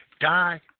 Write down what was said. Die